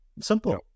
Simple